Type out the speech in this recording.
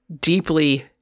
deeply